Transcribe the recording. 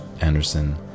Anderson